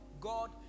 God